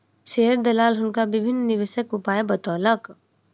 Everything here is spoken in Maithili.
शेयर दलाल हुनका विभिन्न निवेशक उपाय बतौलक